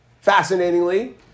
fascinatingly